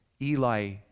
Eli